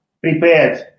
prepared